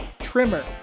trimmer